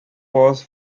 was